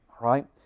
right